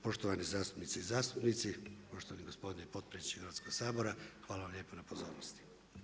Poštovane zastupnice i zastupnici, poštovani gospodine potpredsjedniče Hrvatskog sabora hvala vam lijepa na pozornosti.